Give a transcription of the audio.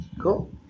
Cool